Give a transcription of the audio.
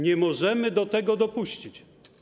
Nie możemy do tego dopuścić.